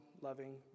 loving